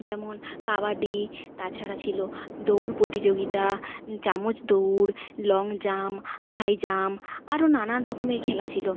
যেমন কবাডি তা ছাড়া ছিল দৌড় প্রতিযোগিতা চামচ দৌড় লং জাম্প হাই জাম্প আরও নানান রকমের খেলা ছিল